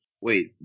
Wait